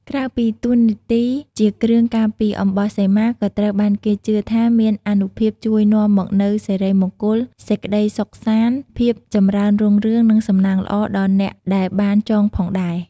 ក្រៅពីតួនាទីជាគ្រឿងការពារ អំបោះសីមាក៏ត្រូវបានគេជឿថាមានអានុភាពជួយនាំមកនូវសិរីមង្គល សេចក្ដីសុខសាន្ត ភាពចម្រើនរុងរឿង និងសំណាងល្អដល់អ្នកដែលបានចងផងដែរ។